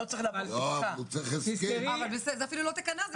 זה אפילו לא תקנה,